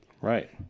Right